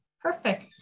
Perfect